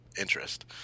interest